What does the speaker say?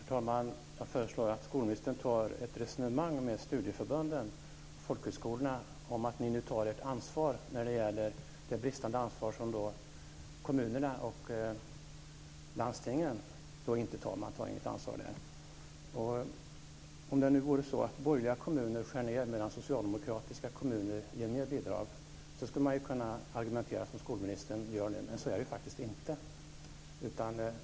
Herr talman! Jag föreslår att skolministern tar upp ett resonemang med studieförbunden och folkhögskolorna om att ta ett ansvar med tanke på det bristande ansvar som kommunerna och landstingen visat. Om det vore så att borgerliga kommuner skär ned medan socialdemokratiska kommuner ger mer bidrag, skulle man kunna argumentera så som skolministern nu gör, men så är det faktiskt inte.